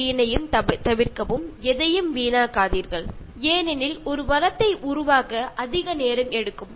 കാരണം നമുക്ക് വിഭവങ്ങൾ സൃഷ്ടിച്ചെടുക്കാൻ ഒരുപാട് സമയം വേണ്ടി വരുന്നു